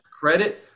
Credit